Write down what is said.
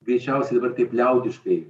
greičiausiai taip liaudiškai